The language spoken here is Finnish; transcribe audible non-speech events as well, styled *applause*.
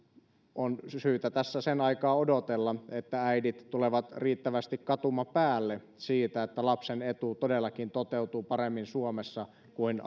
on syytä tässä sen aikaa odotella että äidit tulevat riittävästi katumapäälle siitä että lapsen etu todellakin toteutuu paremmin suomessa kuin *unintelligible*